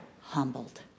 humbled